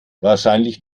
wahrscheinlich